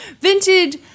vintage